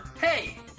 Hey